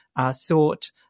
thought